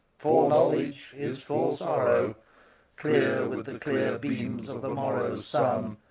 fore-knowledge is fore-sorrow. clear with the clear beams of the morrow's